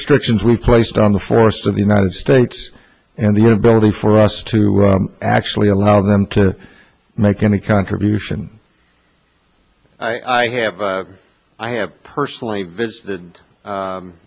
restrictions we placed on the force of the united states and the inability for us to actually allow them to make any contribution i have i have personally visited